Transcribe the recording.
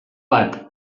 bat